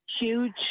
huge